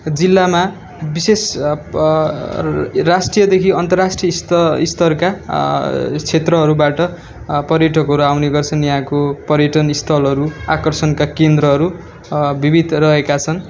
जिल्लामा विशेष अ प राष्ट्रियदेखि अन्तर्राष्ट्रियस्त स्तरका क्षेत्रहरूबाट पर्यटकहरू आउने गर्छन् यहाँको पर्यटन स्थलहरू आकर्षणका केन्द्रहरू विवध रहेका छन्